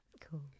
Cool